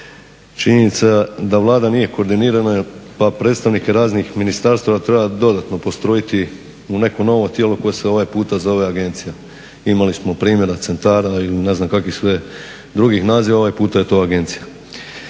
Činjenica da Vlada nije koordinirana pa predstavnike raznih ministarstava treba dodatno postrojiti u neko novo tijelo koje se ovaj puta zove agencija. Imali smo primjera centara i ne znam kakvih sve drugih naziva, ovaj puta je to agencija.